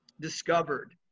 discovered